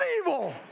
evil